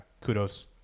kudos